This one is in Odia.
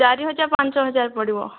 ଚାରିହଜାର ପାଞ୍ଚ ହଜାର ପଡ଼ିବ